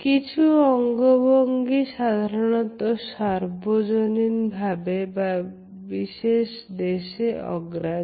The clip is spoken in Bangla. কিছু অঙ্গভঙ্গি সাধারণত সর্বজনীনভাবে বা কিছু বিশেষ দেশে অগ্রাহ্য